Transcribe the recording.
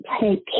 take